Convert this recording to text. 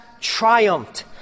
triumphed